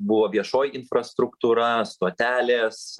buvo viešoji infrastruktūra stotelės